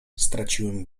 straciłem